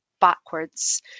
backwards